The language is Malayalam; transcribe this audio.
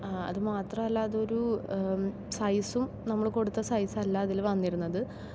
അതുമാത്രമല്ല അതൊരു സൈസും നമ്മള് കൊടുത്ത സൈസ് അല്ല അതില് വന്നിരുന്നത്